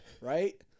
right